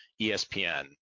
ESPN